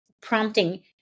prompting